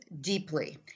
deeply